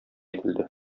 ителде